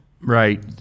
Right